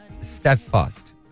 steadfast